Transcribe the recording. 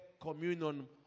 communion